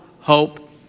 hope